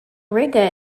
riga